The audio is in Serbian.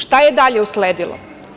Šta je dalje usledilo?